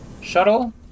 shuttle